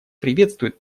приветствует